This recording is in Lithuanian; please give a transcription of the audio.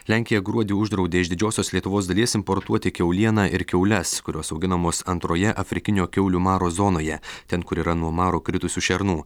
lenkija gruodį uždraudė iš didžiosios lietuvos dalies importuoti kiaulieną ir kiaules kurios auginamos antroje afrikinio kiaulių maro zonoje ten kur yra nuo maro kritusių šernų